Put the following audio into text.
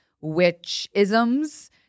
witch-isms